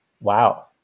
wow